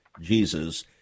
Jesus